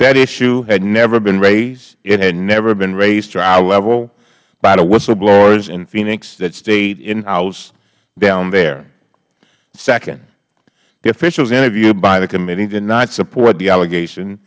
that issue had never been raised it had never been raised to our level by the whistleblowers in phoenix that stayedhinhouse down there second the officials interviewed by the committee did not support the allegation